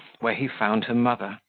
where he found her mother,